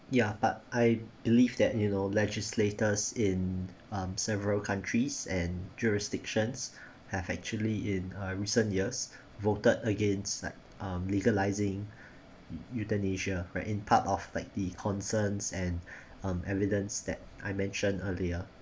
ya but I believe that you know legislators in um several countries and jurisdictions have actually in uh recent years voted against like um legalizing euthanasia where in part of like the concerns and um evidence that I mentioned earlier